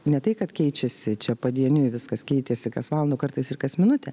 ne tai kad keičiasi čia padieniui viskas keitėsi kas valandą o kartais ir kas minutę